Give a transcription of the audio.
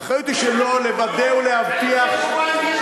האחריות היא שלו לוודא ולהבטיח, יש טילים.